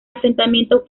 asentamiento